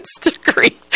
degree